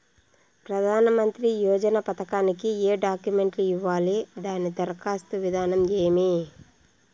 ప్రధానమంత్రి యోజన పథకానికి ఏ డాక్యుమెంట్లు ఇవ్వాలి దాని దరఖాస్తు విధానం ఏమి